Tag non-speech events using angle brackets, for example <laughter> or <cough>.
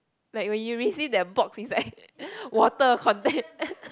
like when you receive that box is like water content <laughs>